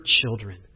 children